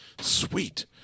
Sweet